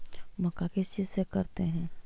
मक्का किस चीज से करते हैं?